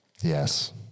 Yes